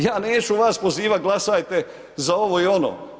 Ja neću vas pozivati glasajte za ovo i ono.